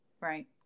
Right